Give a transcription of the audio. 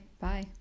bye